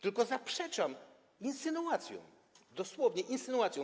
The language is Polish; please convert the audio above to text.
Tylko zaprzeczam insynuacjom, dosłownie insynuacjom.